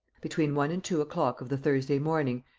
between one and two o'clock of the thursday morning,